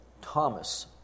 Thomas